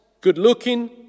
good-looking